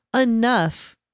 enough